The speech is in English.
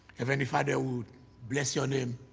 if any father would bless your name,